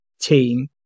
team